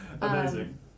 Amazing